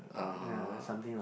(uh huh)